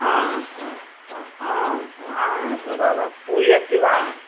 आम् आम् ह तदा पूरी अस्ति वा